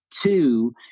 Two